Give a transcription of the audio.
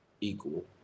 equal